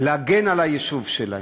להגן על היישוב שלהם.